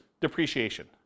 depreciation